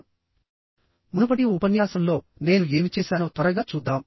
నేను ప్రారంభించే ముందు మునుపటి ఉపన్యాసంలో నేను ఏమి చేశానో త్వరగా చూద్దాం